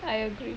I agree